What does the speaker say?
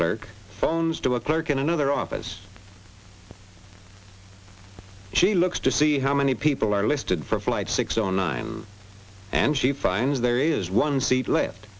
clerk phones to a clerk in another office she looks to see how many people are listed for flight six o nine and she finds there is one seat left